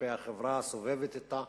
כלפי החברה הסובבת אותה,